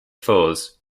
falls